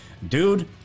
Dude